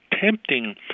tempting